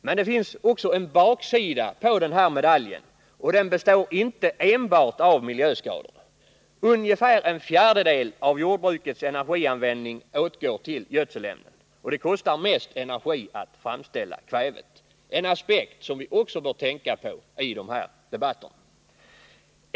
Men det finns också en baksida på medaljen, och den består inte bara av miljöskadorna. Ungefär en fjärdedel av jordbrukets energianvändning åtgår till gödselämnen, och det är kvävet som kostar mest energi att framställa — en aspekt som vi också bör tänka på i denna debatt.